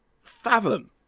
fathom